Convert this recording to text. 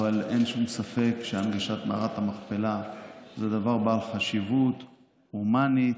אבל אין שום ספק שהנגשת מערת המכפלה זה דבר בעל חשיבות הומנית,